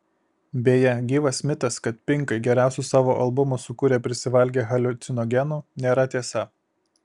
beje gyvas mitas kad pinkai geriausius savo albumus sukūrė prisivalgę haliucinogenų nėra tiesa